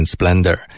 Splendor 。